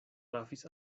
trafis